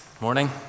Morning